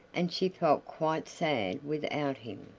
and she felt quite sad without him.